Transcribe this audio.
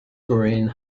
greene